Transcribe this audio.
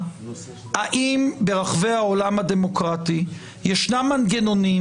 האם ברחבי העולם הדמוקרטי יש מנגנונים,